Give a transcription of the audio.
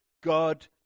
God